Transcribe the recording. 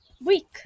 week